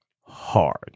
hard